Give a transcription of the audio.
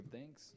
thanks